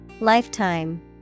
Lifetime